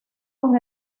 con